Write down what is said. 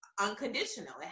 unconditional